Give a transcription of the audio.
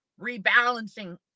rebalancing